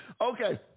Okay